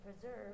preserve